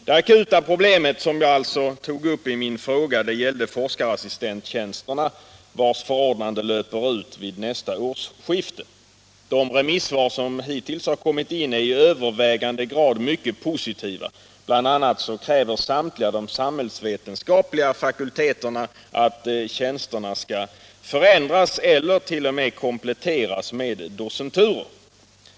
Det akuta problem som jag tog upp i min fråga gällde forskarassistenttjänsterna, där förordnandet löper ut vid nästa årsskifte. De remissvar som hittills har kommit in är till övervägande del mycket positiva. Bl. a. kräver samtliga de samhällsvetenskapliga fakulteterna att tjänsterna skall förändras eller t.o.m. kompletteras med docenturer.